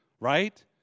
Right